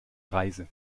reise